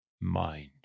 mind